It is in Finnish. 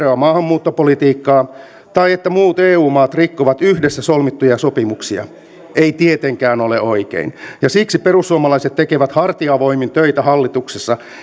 liian löperöä maahanmuuttopolitiikkaa tai että muut eu maat rikkovat yhdessä solmittuja sopimuksia ei tietenkään ole oikein ja siksi perussuomalaiset tekevät hartiavoimin töitä hallituksessa